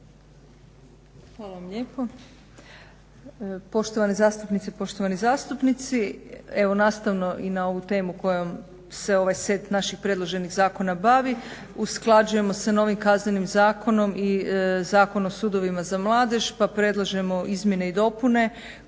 Hvala vam lijepo.